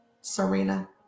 serena